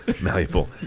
Malleable